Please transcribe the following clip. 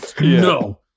no